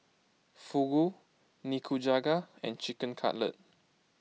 Fugu Nikujaga and Chicken Cutlet